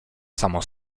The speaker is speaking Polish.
samo